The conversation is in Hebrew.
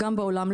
גם בעולם,